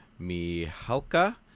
Mihalka